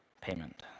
payment